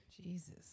Jesus